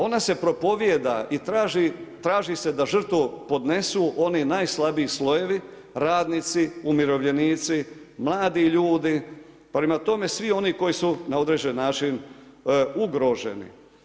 Ona se propovijeda i traži se da žrtvu podnesu oni najslabiji slojevi, radnici, umirovljenici, mladi ljudi prema tome svi oni koji su na određeni način ugroženi.